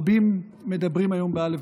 רבים מדברים היום בא.